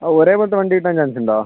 ആ ഒരുപോലത്തെ വണ്ടി കിട്ടാൻ ചാൻസ് ഉണ്ടോ